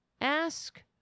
Ask